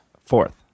Fourth